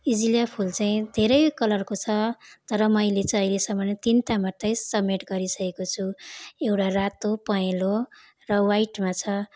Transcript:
azalea फुल चाहिँ धेरै कलरको छ तर मैले चाहिँ अहिलेसम्म तिनवटा मात्रै समेट गरिसकेको छु एउटा रातो पहेँलो र व्हाइटमा छ